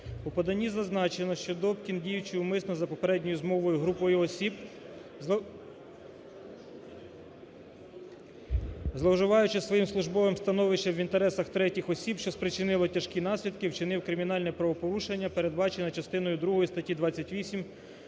У поданні зазначено, що Добкін, діючи умисно за попередньою змовою з групою осіб, зловживаючи своїм службовим становищем в інтересах третіх осіб, що спричинило тяжкі наслідки, винив кримінальне правопорушення, передбачене частиною другою статті 28,